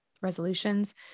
resolutions